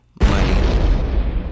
Money